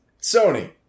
Sony